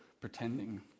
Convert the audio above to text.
pretending